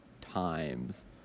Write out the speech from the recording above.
times